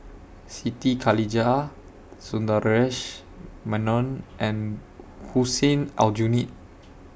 Siti Khalijah Sundaresh Menon and Hussein Aljunied